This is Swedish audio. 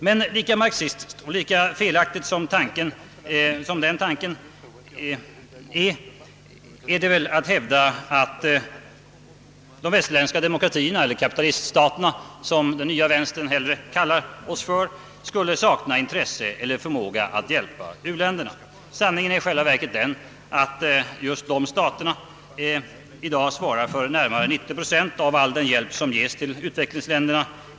Men lika marxistisk och lika felaktig som den tanken är är det att hävda att de västerländska staterna eller kapitaliststaterna, som den nya vänstern hellre kallar dem, skulle sakna intresse eller förmåga att hjälpa u-länderna. Sanningen är i själva verket den att just dessa stater i dag svarar för närmare 90 procent av all den hjälp som ges till utvecklingsländerna.